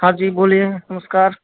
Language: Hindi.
हाँ जी बोलिए नमस्कार